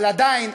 אבל עדיין,